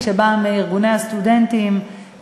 שבא מארגוני הסטודנטים,